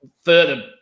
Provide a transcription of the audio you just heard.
further